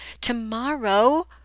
Tomorrow